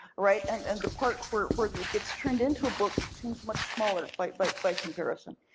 right? and and the part where it where it gets turned into a book seems much smaller like but by comparison.